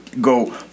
go